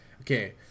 okay